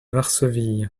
varsovie